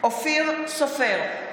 אופיר סופר,